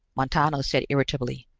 montano said irritably,